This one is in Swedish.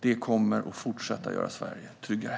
Detta kommer att fortsätta att göra Sverige tryggare.